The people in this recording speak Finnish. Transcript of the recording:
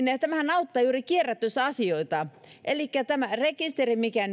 auttaa juuri kierrätysasioita elikkä tämä rekisteri mikä